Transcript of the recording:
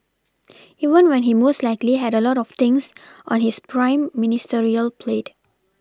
even when he most likely had a lot of things on his prime Ministerial plate